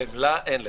חמלה אין לך.